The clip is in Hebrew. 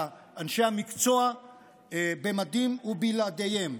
לאנשים המקצוע במדים ובלעדיהם.